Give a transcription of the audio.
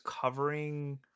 covering